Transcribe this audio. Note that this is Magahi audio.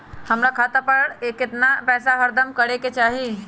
हमरा खाता पर केतना पैसा हरदम रहे के चाहि?